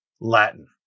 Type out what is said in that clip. Latin